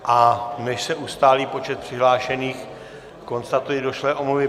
A než se ustálí počet přihlášených, konstatuji došlé omluvy.